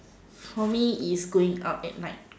for me is going out at night